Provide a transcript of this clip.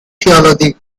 theology